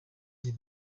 ibi